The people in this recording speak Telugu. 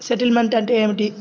స్టేట్మెంట్ అంటే ఏమిటి?